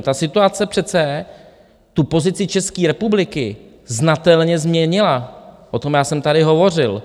Ta situace přece tu pozici České republiky znatelně změnila, o tom já jsem tady hovořil.